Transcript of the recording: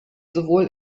sowohl